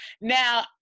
Now